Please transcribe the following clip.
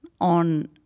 on